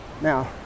now